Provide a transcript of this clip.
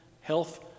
health